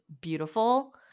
beautiful